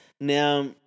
Now